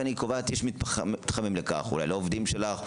ואני קובעת שיש מתחמים לכך אולי לעובדים שלך,